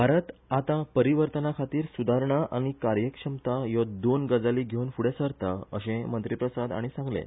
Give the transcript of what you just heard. भारत आतां परिर्वतनाखातीर सुधारणा आनी कार्यक्षमता ह्यो दोन गजाली घेवन फुडें सरता अशें मंत्री प्रसाद हाणी सांगलें